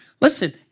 listen